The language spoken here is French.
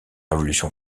révolution